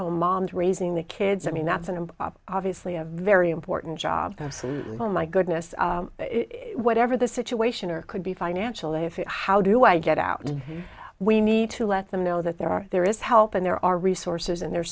home moms raising the kids i mean that's an obviously a very important job oh my goodness whatever the situation or could be financial if it how do i get out and we need to let them know that there are there is help and there are resources in their